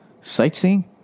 Sightseeing